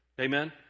Amen